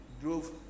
drove